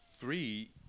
three